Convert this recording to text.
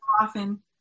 often